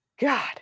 god